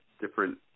different